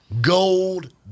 Gold